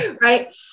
right